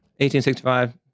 1865